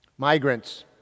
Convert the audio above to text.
Migrants